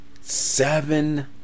seven